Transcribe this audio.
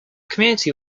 community